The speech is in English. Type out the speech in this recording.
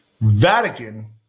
Vatican